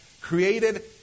created